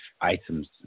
items